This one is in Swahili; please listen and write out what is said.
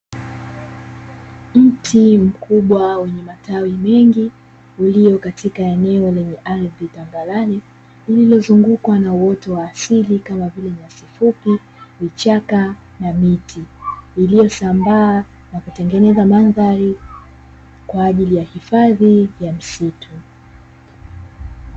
Mti mkubwa wenye matawi mengi ulio katika eneo lenye ardhi tambarare, lililozungukwa na utoto wa asili kama vile nyasi fupi, vichaka na miti, iliyosambaa na kutengeneza mandhari kwa ajili ya hifadhi ya misitu.